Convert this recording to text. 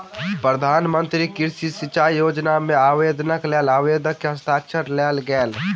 प्रधान मंत्री कृषि सिचाई योजना मे आवेदनक लेल आवेदक के हस्ताक्षर लेल गेल